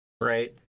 right